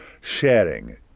sharing